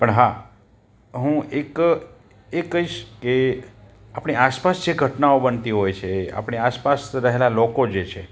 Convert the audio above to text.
પણ હા હું એક એ કહીશ કે આપણી આસપાસ જે ઘટનાઓ બનતી હોય છે આપણી આસપાસ રહેલા લોકો જે છે